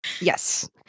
Yes